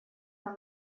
нам